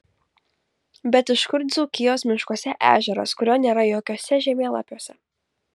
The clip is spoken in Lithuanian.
bet iš kur dzūkijos miškuose ežeras kurio nėra jokiuose žemėlapiuose